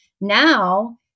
Now